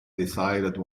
decided